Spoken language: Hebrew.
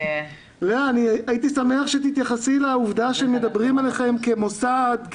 הייתי שמח שתתייחסי לעובדה שמדברים עליכם כמוסד,